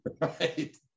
Right